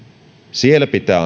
siellä pitää